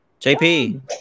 JP